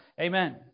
Amen